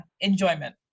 enjoyment